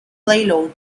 payload